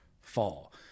fall